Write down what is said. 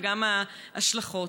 וגם ההשלכות.